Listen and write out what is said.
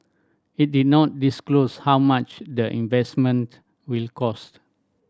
it did not disclose how much the investment will cost